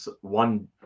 one